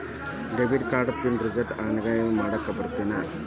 debit card pin ರಿಸೆಟ್ನ ಆನ್ಲೈನ್ದಗೂ ಮಾಡಾಕ ಬರತ್ತೇನ್